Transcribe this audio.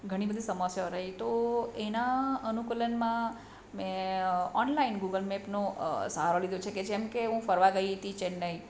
ઘણી બધી સમસ્યાઓ રહી તો એના અનુકૂલનમાં મેં ઓનલાઈન ગૂગલ મેપનો સહારો લીધો છે કે જેમ હું ફરવા ગઈ હતી ચેન્નઈ